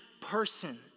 person